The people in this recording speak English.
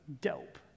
dope